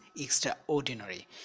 extraordinary